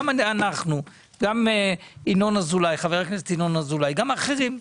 גם חבר הכנסת ינון אזולאי וגם אחרים,